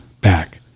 back